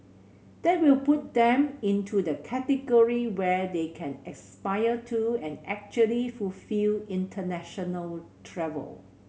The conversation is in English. that will put them into the category where they can aspire to and actually fulfil international travel